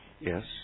Yes